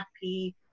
happy